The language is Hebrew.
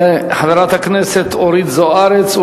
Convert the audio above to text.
חברת הכנסת אורית זוארץ,